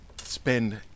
spend